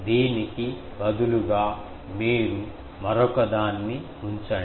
దీనికి బదులుగా మీరు మరొకదాన్ని ఉంచండి